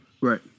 Right